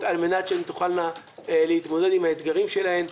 על מנת שהן תוכלנה להתמודד עם האתגרים שלהן,